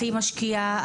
הכי משקיעה,